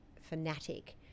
fanatic